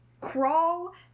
crawl